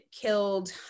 killed